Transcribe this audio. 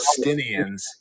Palestinians